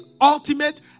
ultimate